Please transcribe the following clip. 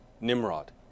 Nimrod